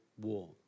war